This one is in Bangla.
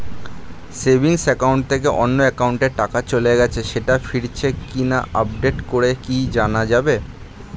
সেভিংস একাউন্ট থেকে অন্য একাউন্টে টাকা চলে গেছে সেটা ফিরেছে কিনা আপডেট করে কি জানা যাবে?